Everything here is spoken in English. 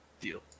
Deal